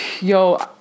yo